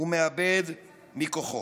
ומאבד מכוחו.